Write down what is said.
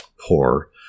poor